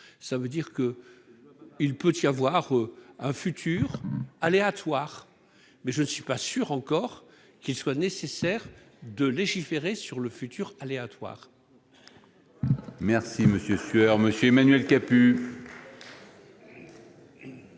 Cela signifie qu'il peut y avoir un futur aléatoire. Je ne suis pas encore sûr qu'il soit nécessaire de légiférer sur le futur aléatoire.